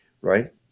right